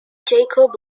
jacob